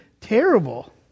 terrible